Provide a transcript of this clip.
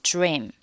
Dream